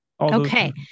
Okay